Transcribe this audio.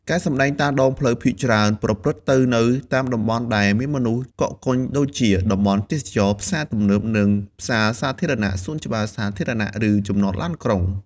ការសម្ដែងតាមដងផ្លូវភាគច្រើនប្រព្រឹត្តទៅនៅតាមតំបន់ដែលមានមនុស្សកកកុញដូចជា តំបន់ទេសចរណ៍ ផ្សារទំនើប និងផ្សារសាធារណៈ សួនច្បារសាធារណៈ ឬចំណតឡានក្រុង។